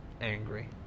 angry